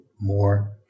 more